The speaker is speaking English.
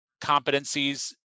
competencies